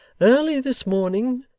early this morning,